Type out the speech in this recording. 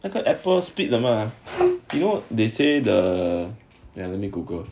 那个 apple split 了吗 you know they say the err let me google